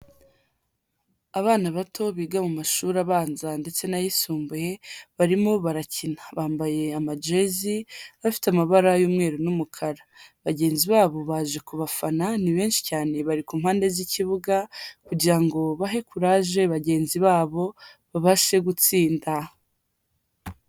Abana bato biga mu mashuri abanza ndetse n'ayisumbuye, barimo barakina. Bambaye amajezi, bafite amabara y'umweru n'umukara. Bagenzi babo baje kubafana, ni benshi cyane bari ku mpande z'ikibuga kugira ngo bahe kuraje bagenzi babo babashe gutsinda.